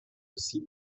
aussi